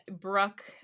Brooke